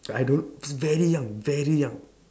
I don't very young very young